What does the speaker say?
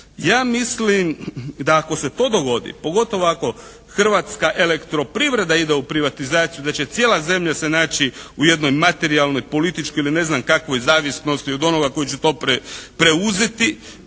Ja mislim da ako se to dogodi, pogotovo ako Hrvatska elektroprivreda ide u privatizaciju da će cijela zemlja se naći u jednoj materijalnoj, političkoj ili ne znam kakvoj zavisnosti od onoga koji će to preuzeti,